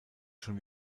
schon